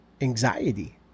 anxiety